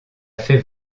fait